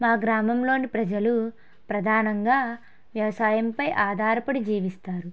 నా గ్రామంలోని ప్రజలు ప్రధానంగా వ్యవసాయంపై ఆధారపడి జీవిస్తారు